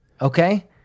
Okay